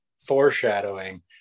Foreshadowing